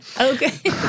Okay